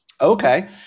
Okay